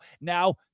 Now